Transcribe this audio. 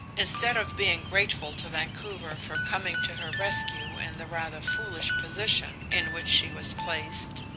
instead of being grateful to vancouver for coming to her rescue in the rather foolish position in which she was placed,